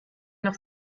noch